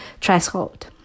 threshold